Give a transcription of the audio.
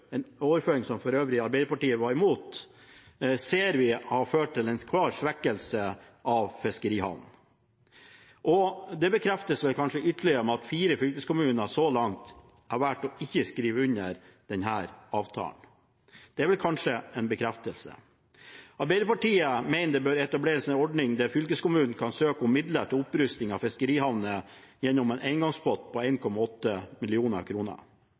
en overføring som Arbeiderpartiet for øvrig var imot – ser vi har ført til en klar svekkelse av fiskerihavnene. Det bekreftes vel kanskje ytterligere av at fire fylkeskommuner så langt har valgt å ikke skrive under denne avtalen – det er vel kanskje en bekreftelse. Arbeiderpartiet mener det bør etableres en ordning der fylkeskommunen kan søke om midler til opprustning av fiskerihavner gjennom en engangspott på